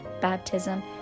baptism